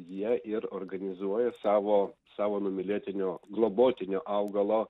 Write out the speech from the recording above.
jie ir organizuoja savo savo numylėtinio globotinio augalo